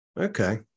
Okay